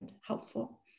helpful